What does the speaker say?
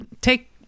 take